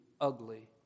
ugly